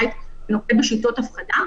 כדפוס של אלימות שאנחנו צריכים להפסיק להתעלם